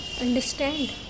understand